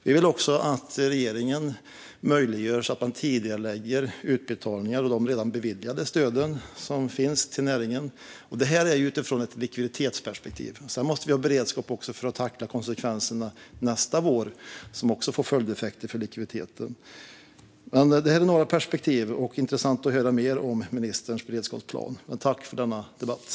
Vi vill också att regeringen möjliggör ett tidigareläggande av utbetalningar av de redan beviljade stöden till näringen. Detta gäller utifrån ett likviditetsperspektiv; sedan måste vi även ha beredskap för att tackla konsekvenserna nästa vår, vilket också får följdeffekter för likviditeten. Detta är alltså några perspektiv. Det vore intressant att höra mer om ministerns beredskapsplan. Tack för debatten!